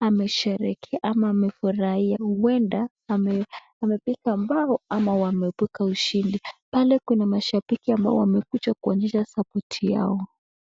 amesherekea ama amefurahia uenda amepikwa mbao ama wameebuka ushindi pale Kuna mashapiki ambao wamekuja kuonyesha sapoti yao.